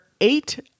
eight